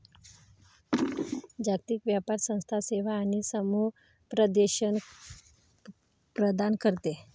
जागतिक व्यापार संस्था सेवा आणि समुपदेशन प्रदान करते